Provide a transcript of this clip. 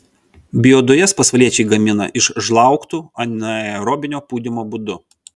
biodujas pasvaliečiai gamina iš žlaugtų anaerobinio pūdymo būdu